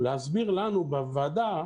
להסביר לנו בוועדה,